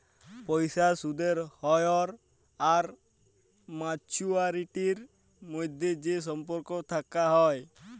পয়সার সুদের হ্য়র আর মাছুয়ারিটির মধ্যে যে সম্পর্ক থেক্যে হ্যয়